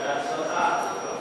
בהצלחה.